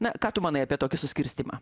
na ką tu manai apie tokį suskirstymą